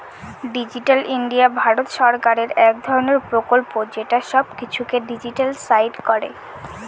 digital India Bharat সরকারের এক ধরনের প্রকল্প যেটা সব কিছুকে ডিজিট্যালাইসড করে